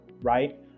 right